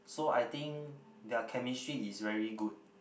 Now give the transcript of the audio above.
so I think their chemistry is very good